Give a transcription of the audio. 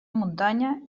muntanya